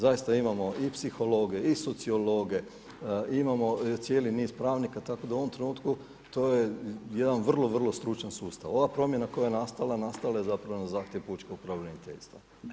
Zaista imamo i psihologe i sociologe, imamo cijeli niz pravnika tako da u ovom trenutku to je jedan vrlo vrlo stručan sustav, ova promjena koja je nastala, nastala je zapravo na zahtjev pučkog pravobraniteljstva.